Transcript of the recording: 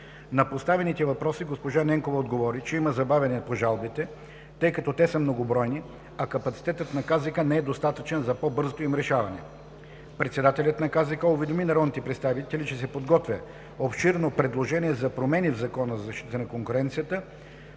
На поставените въпроси госпожа Ненкова отговори, че има забавяне по жалбите, тъй като те са многобройни, а капацитетът на КЗК не е достатъчен за по-бързото им решаване. Председателят на КЗК уведоми народните представители, че се подготвя обширно предложение за промени в Закона за защита на конкуренцията,